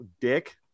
dick